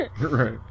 Right